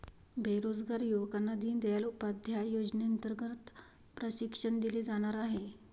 बेरोजगार युवकांना दीनदयाल उपाध्याय योजनेअंतर्गत प्रशिक्षण दिले जाणार आहे